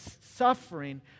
suffering